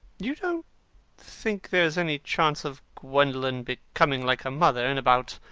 you don't think there is any chance of gwendolen becoming like her mother in about